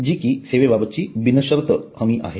जी कि सेवे बाबतची बिनशर्त हमी आहे